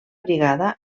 brigada